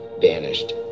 vanished